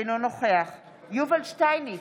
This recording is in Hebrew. אינו נוכח יובל שטייניץ,